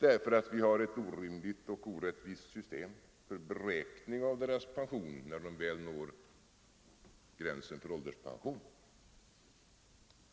Vi har nämligen ett orimligt orättvist system för beräkning av dessa människors pension när de väl når gränsen för ålderspension.